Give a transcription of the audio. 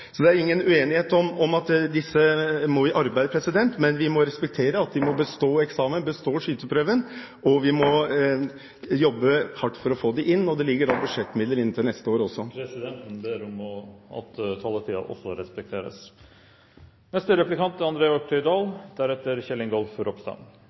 Så det er ingen uenighet om at disse må i arbeid, men vi må respektere at de må bestå eksamen, bestå skyteprøven, og vi må jobbe hardt for å få dem inn . Det ligger da budsjettmidler inne til neste år også. Presidenten ber om at taletiden også respekteres.